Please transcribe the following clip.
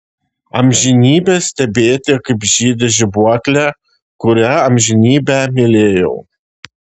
amžinybę stebėti kaip žydi žibuoklė kurią amžinybę mylėjau